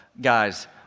guys